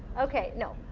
ok, no,